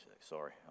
Sorry